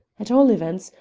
at all events,